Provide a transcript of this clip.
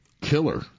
killer